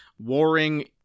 warring